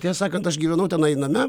tiesą sakant aš gyvenau tenai name